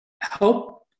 help